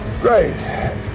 Great